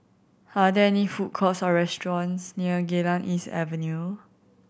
are there any food courts or restaurants near Geylang East Avenue